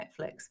Netflix